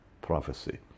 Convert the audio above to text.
prophecy